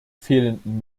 fehlenden